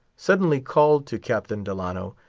suddenly called to captain delano,